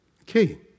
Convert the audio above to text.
Okay